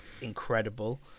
incredible